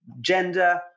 gender